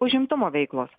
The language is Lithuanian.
užimtumo veiklos